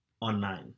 online